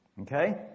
Okay